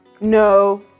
no